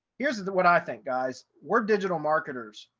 here's what i think guys, we're digital marketers.